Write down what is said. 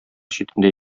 читендә